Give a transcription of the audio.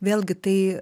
vėlgi tai